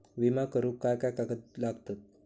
विमा करुक काय काय कागद लागतत?